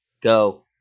go